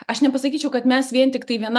aš nepasakyčiau kad mes vien tiktai viena